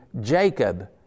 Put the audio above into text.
Jacob